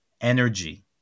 energy